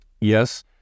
Yes